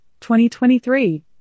2023